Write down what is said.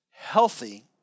healthy